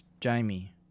Jamie